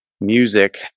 Music